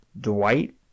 Dwight